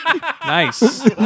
nice